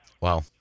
Wow